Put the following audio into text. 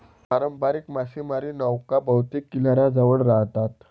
पारंपारिक मासेमारी नौका बहुतेक किनाऱ्याजवळ राहतात